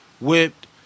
whipped